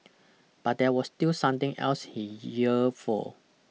but there was still something else he yearned for